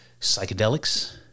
psychedelics